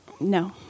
no